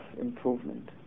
improvement